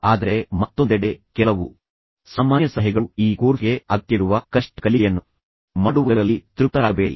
ಆದರೆ ಮತ್ತೊಂದೆಡೆ ಕೆಲವು ಸಾಮಾನ್ಯ ಸಲಹೆಗಳುಃ ಈ ಕೋರ್ಸ್ಗೆ ಅಗತ್ಯವಿರುವ ಕನಿಷ್ಠ ಕಲಿಕೆಯನ್ನು ಮಾಡುವುದರಲ್ಲಿ ತೃಪ್ತರಾಗಬೇಡಿ